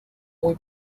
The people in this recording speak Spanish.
muy